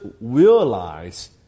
realize